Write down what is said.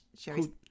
Sherry